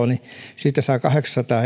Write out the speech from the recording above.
niin siitä saa kahdeksansataa